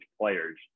players